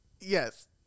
Yes